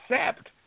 accept